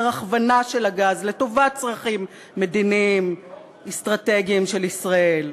הכוונה של הגז לטובת צרכים מדיניים אסטרטגיים של ישראל.